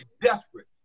desperate